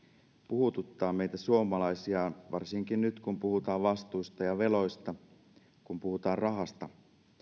puhuttavat meitä suomalaisia varsinkin nyt kun puhutaan vastuista ja veloista kun puhutaan rahasta